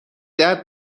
درد